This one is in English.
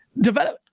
develop